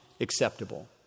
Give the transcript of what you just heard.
acceptable